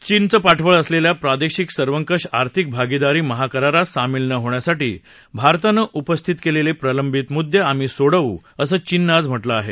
चीनच्या पाठिंब्याचं प्रादेशिक सर्वंकष आर्थिक भागीदारीमहाकरारात सामील न होण्यासाठी भारतानं उपस्थित केलेले प्रलंबित मुद्दे आम्ही सोडवू असं चीननं आज म्हटलं आहे